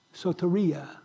soteria